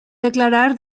declarar